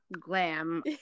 glam